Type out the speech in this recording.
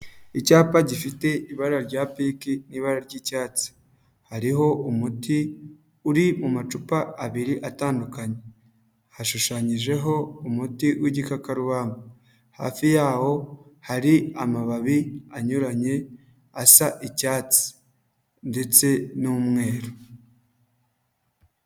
Icyapa gifite ibara rya pinki n'ibara ry'icyatsi hariho umuti uri mu macupa abiri atandukanye hashushanyijeho umuti w'igikakarubamba, hafi yaho hari amababi anyuranye asa icyatsi ndetse n'umweru.